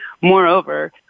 Moreover